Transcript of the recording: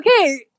Okay